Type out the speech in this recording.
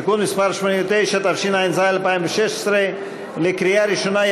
התשע"ז 2016, קריאה ראשונה.